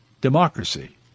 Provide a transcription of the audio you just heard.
democracy